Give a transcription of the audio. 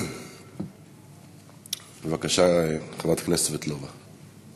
בבקשה, חברת הכנסת סבטלובה.